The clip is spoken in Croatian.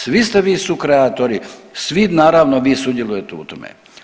Svi ste vi sukreatori, svi naravno vi sudjelujete u tome.